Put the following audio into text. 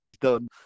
done